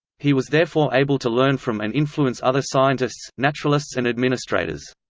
he was therefore able to learn from and influence other scientists, naturalists and administrators.